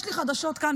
יש לי חדשות כאן,